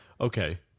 Okay